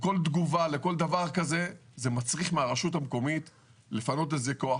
כל תגובה לכל דבר כזה מצריך מהרשות המקומית לפנות לזה כוח.